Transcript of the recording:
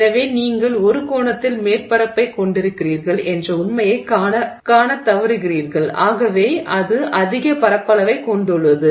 எனவே நீங்கள் ஒரு கோணத்தில் மேற்பரப்பைக் கொண்டிருக்கிறீர்கள் என்ற உண்மையைக் காணத்தவருகிறீர்கள் ஆகவே அது அதிக பரப்பளவைக் கொண்டுள்ளது